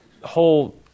whole